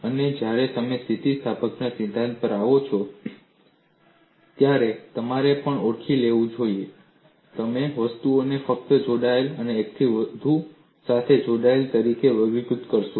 અને જ્યારે તમે સ્થિતિસ્થાપકતાના સિદ્ધાંત પર આવો ત્યારે તમારે પણ ઓળખી લેવું જોઈએ તમે વસ્તુઓને ફક્ત જોડાયેલા અને એકથી વધુ સાથે જોડાયેલા તરીકે વર્ગીકૃત કરશો